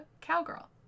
cowgirl